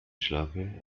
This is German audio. schlafe